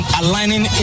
aligning